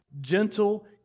gentle